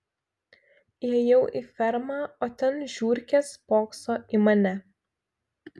įėjau į fermą o ten žiurkė spokso į mane